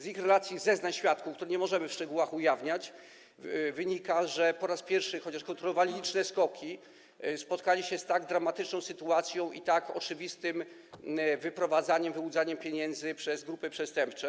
Z ich relacji i zeznań świadków, których nie możemy w szczegółach ujawniać, wynika, że po raz pierwszy, chociaż kontrolowali liczne SKOK-i, spotkali się z tak dramatyczną sytuacją i tak oczywistym wyprowadzaniem, wyłudzaniem pieniędzy przez grupy przestępcze.